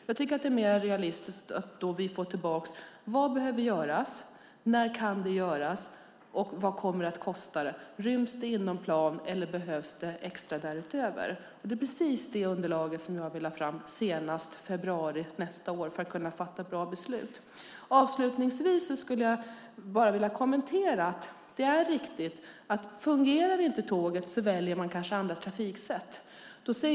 Jag tycker att det är mer realistiskt att vi får veta vad som behöver göras, när det kan göras och vad det kommer att kosta, om det ryms inom plan eller om det behövs extra därutöver. Det är precis det underlaget som jag vill ha fram senast i februari nästa år för att kunna fatta ett bra beslut. Avslutningsvis vill jag bara kommentera att det är riktigt att man kanske väljer andra trafiksätt om inte tåget fungerar.